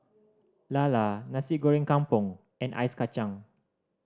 lala Nasi Goreng Kampung and Ice Kachang